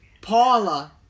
Paula